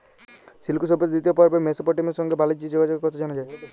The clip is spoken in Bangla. সিল্ধু সভ্যতার দিতিয় পর্বে মেসপটেমিয়ার সংগে বালিজ্যের যগাযগের কথা জালা যায়